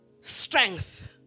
Strength